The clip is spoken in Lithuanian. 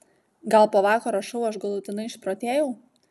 gal po vakaro šou aš galutinai išprotėjau